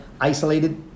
isolated